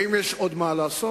האם יש עוד מה לעשות?